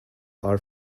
are